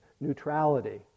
neutrality